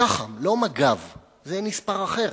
שח"ם, לא מג"ב, זה נספר אחרת,